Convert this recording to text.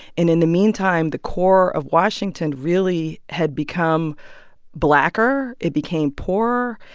and in the meantime, the core of washington really had become blacker. it became poorer,